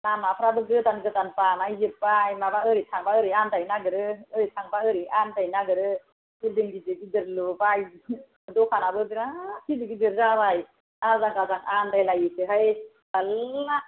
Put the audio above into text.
लामाफोराबो गोदान गोदान बानायजोबबाय माबा ओरै थांबा ओरै आन्दायनो नागिरो ओरै थांबा ओरै आन्दायनो नागिरो बिल्दिं गिदिर गिदिर लुबाय दखानाबो बिरात गिदिर गिदिर जाबाय आजां गाजां आन्दायलायोसोहाय थाल्ला